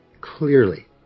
clearly